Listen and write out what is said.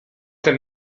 ten